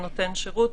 שירות.